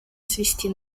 свести